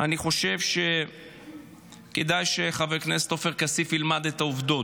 אני חושב שכדאי שחבר הכנסת עופר כסיף ילמד את העובדות: